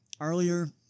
Earlier